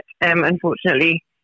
unfortunately